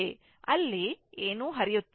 ಆದ್ದರಿಂದ ಅಲ್ಲಿ ಏನೂ ಹರಿಯುತ್ತಿಲ್ಲ